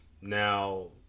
Now